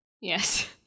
yes